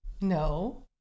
No